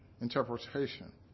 interpretation